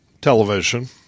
television